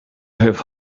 have